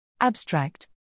Abstract